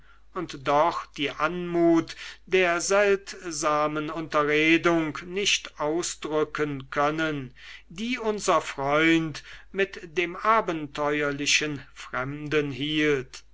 und doch die anmut der seltsamen unterredung nicht ausdrücken können die unser freund mit dem abenteuerlichen fremden hielt